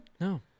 No